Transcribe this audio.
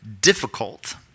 difficult